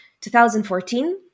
2014